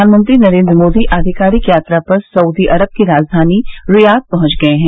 प्रधानमंत्री नरेन्द्र मोदी आधिकारिक यात्रा पर सऊदी अरब की राजधानी रियाद पहुंच गए हैं